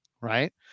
right